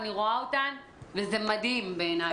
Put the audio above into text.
אני רואה אותן, וזה מדהים בעיני.